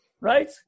Right